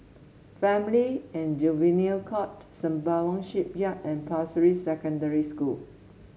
Family and Juvenile Court Sembawang Shipyard and Pasir Ris Secondary School